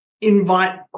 invite